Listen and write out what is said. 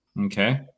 Okay